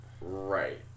Right